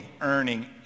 earning